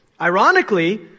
Ironically